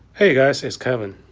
hey guys, it's kevin.